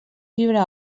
fibra